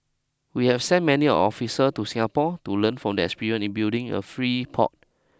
we have sent many officer to Singapore to learn from experience in building a free port